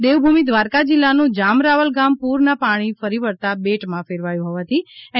દેવભૂમિ દ્વારકા જિલ્લાનું જામ રાવલ ગામ પૂરના પાણી ફરી વળતાં બેટમાં ફેરવાયું હોવાથી એન